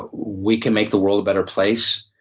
but we can make the world a better place.